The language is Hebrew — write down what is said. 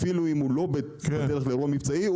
אפילו אם הוא לא בדרך לאירוע מבצעי,